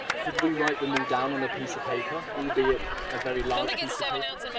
could we write them all down on a piece of paper, albeit a very large piece of paper?